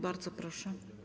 Bardzo proszę.